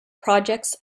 projects